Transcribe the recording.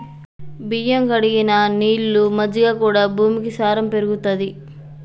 బియ్యం కడిగిన నీళ్లు, మజ్జిగ కూడా భూమి సారం పెరుగుతది